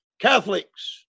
Catholics